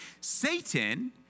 Satan